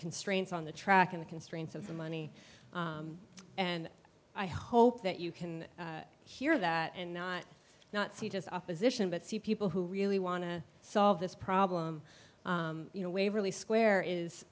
constraints on the track in the constraints of the money and i hope that you can hear that and not not see just opposition but see people who really want to solve this problem you know waverly square is